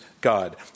God